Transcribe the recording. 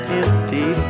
empty